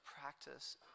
practice